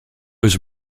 his